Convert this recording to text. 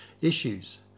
issues